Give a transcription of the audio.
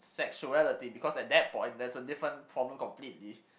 sexuality because at that point there's a different problem completely